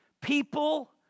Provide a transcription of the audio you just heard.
People